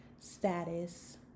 status